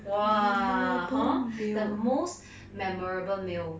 !wah! hor the most memorable meal